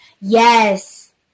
Yes